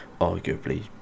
arguably